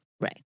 Right